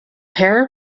pair